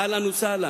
אהלן וסהלן,